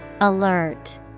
Alert